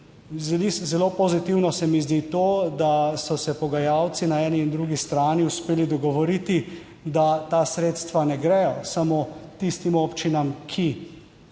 Zelo pozitivno se mi zdi to, da so se pogajalci na eni in drugi strani uspeli dogovoriti, da ta sredstva ne grejo samo tistim občinam, ki ne